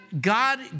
God